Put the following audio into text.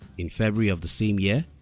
in february of the same year,